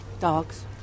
Dogs